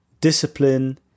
discipline